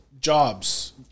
Jobs